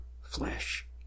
flesh